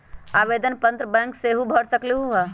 आवेदन पत्र बैंक सेहु भर सकलु ह?